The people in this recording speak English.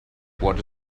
water